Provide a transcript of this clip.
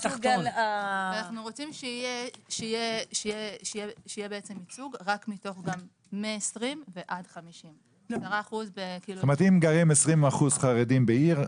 אנו רוצים שיהיה ייצוג רק מ-20% עד 50%. כלומר אם גרים 20% חרדים בעיר,